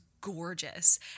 gorgeous